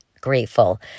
grateful